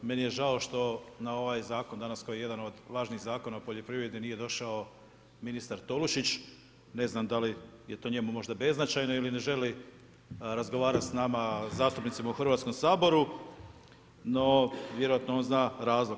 Meni je žao što na ovaj zakon danas, koji je jedan od važnih Zakona o poljoprivredi nije došao ministar Tolušić, ne znam, da li je to njemu možda beznačajno ili ne želi razgovarati s nama zastupnicima u Hrvatskom saboru, no vjerojatno on zna razlog.